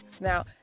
Now